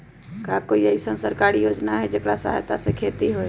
का कोई अईसन सरकारी योजना है जेकरा सहायता से खेती होय?